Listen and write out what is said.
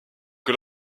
que